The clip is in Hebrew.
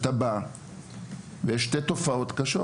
זה שאתה בא ומתמודד מול שתי תופעות קשות.